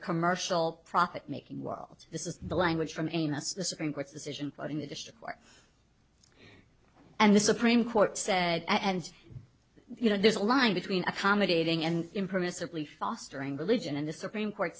commercial profit making world this is the language from amos the supreme court's decision in the district court and the supreme court said and you know there's a line between accommodating and impermissibly fostering religion and the supreme court